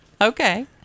Okay